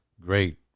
great